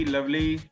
Lovely